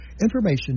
information